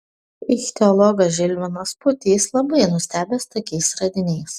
ichtiologas žilvinas pūtys labai nustebęs tokiais radiniais